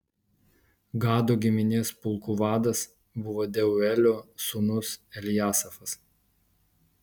gado giminės pulkų vadas buvo deuelio sūnus eljasafas